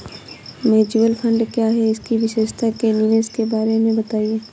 Mutual fund क्या है इसकी विशेषता व निवेश के बारे में बताइये?